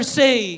say